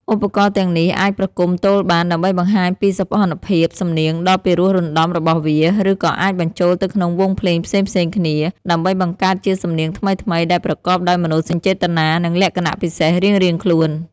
ឧបករណ៍ទាំងនេះអាចប្រគំទោលបាន ដើម្បីបង្ហាញពីសោភណភាពសំនៀងដ៏ពីរោះរណ្តំរបស់វា ឬក៏អាចបញ្ចូលទៅក្នុងវង់ភ្លេងផ្សេងៗគ្នា ដើម្បីបង្កើតជាសំនៀងថ្មីៗដែលប្រកបដោយមនោសញ្ចេតនា និងលក្ខណៈពិសេសរៀងៗខ្លួន។